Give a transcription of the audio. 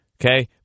Okay